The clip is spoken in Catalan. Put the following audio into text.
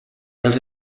els